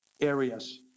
areas